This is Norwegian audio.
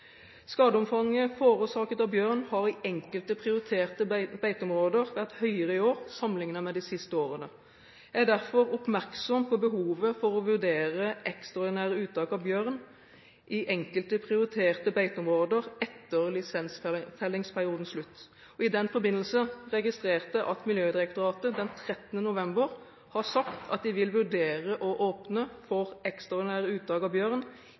Skadeomfanget forårsaket av bjørn har i enkelte prioriterte beiteområder vært høyere i år sammenlignet med de siste årene. Jeg er derfor oppmerksom på behovet for å vurdere ekstraordinære uttak av bjørn i enkelte prioriterte beiteområder etter lisensfellingsperiodens slutt. I den forbindelse registrerer jeg at Miljødirektoratet den 13. november sa at de vil vurdere å åpne for ekstraordinære uttak av bjørn